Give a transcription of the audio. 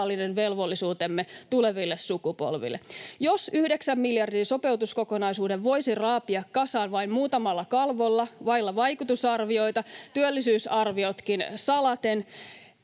velvollisuutemme tuleville sukupolville. Jos 9 miljardin sopeutuskokonaisuuden voisi raapia kasaan vain muutamalla kalvolla vailla vaikutusarvioita työllisyysarviotkin salaten,